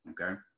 Okay